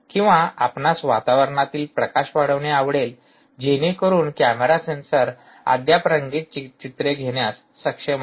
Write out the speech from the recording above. किंवा आपणास वातावरणातील प्रकाश वाढविणे आवडेल जेणेकरून कॅमेरा सेन्सर अद्याप रंगीत चित्रे घेण्यास सक्षम असेल